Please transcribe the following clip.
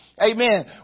Amen